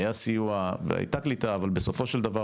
היה סיוע והייתה קליטה, אבל בסופו של דבר